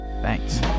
Thanks